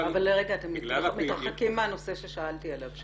אבל אתם מתרחקים מהנושא ששאלתי עליו.